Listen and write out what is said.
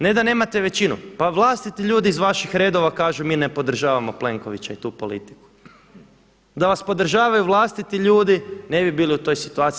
Ne da nemate većinu, pa vlastiti ljudi iz vaših redova kažu mi ne podržavamo Plenkovića i tu politiku, da vas podržavaju vlastiti ljudi ne bi bili u toj situaciji.